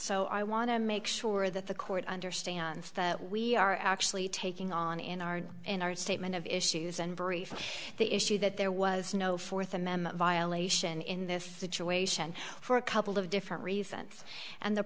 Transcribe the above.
so i want to make sure that the court understands that we are actually taking on in our in our statement of issues and brief the issue that there was no fourth amendment violation in this situation for a couple of different reasons and the